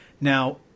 Now